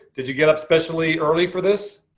did you get up specially early for this?